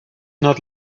not